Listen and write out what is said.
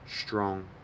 strong